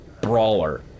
brawler